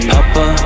Papa